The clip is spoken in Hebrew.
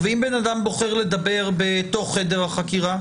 ואם בן אדם בוחר לדבר בתוך חדר החקירה?